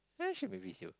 they should be